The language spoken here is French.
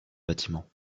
bâtiment